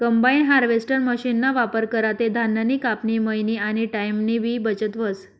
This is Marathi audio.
कंबाइन हार्वेस्टर मशीनना वापर करा ते धान्यनी कापनी, मयनी आनी टाईमनीबी बचत व्हस